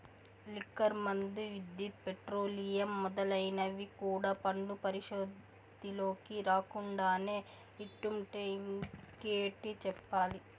liquor మందు, విద్యుత్, petroleum మొదలైనవి కూడా పన్ను పరిధిలోకి రాకుండానే ఇట్టుంటే ఇంకేటి చెప్పాలి